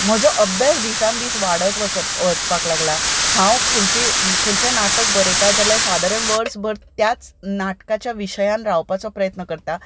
म्हजो अभ्यास दिसान दीस वाडत वचप वचपाक लागला हांव खंयची खंयचें नाटक बरयता जाल्यार सादारण वर्सभर त्याच नाटकाच्या विशयांत रावपाचो प्रयत्न करतां